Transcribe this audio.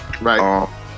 Right